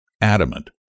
adamant